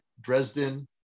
dresden